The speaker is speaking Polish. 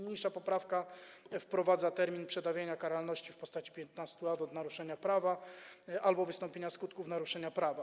Niniejsza poprawka wprowadza termin przedawnienia karalności w postaci 15 lat od naruszenia prawa albo wystąpienia skutków naruszenia prawa.